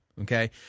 okay